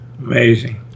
amazing